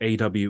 AW